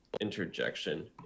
interjection